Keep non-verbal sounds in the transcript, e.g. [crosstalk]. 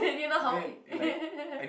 have you not how [laughs]